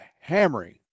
hammering